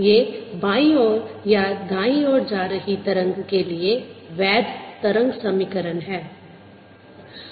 ये बाईं ओर या दाईं ओर जा रही तरंग के लिए वैध तरंग समीकरण हैं